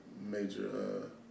major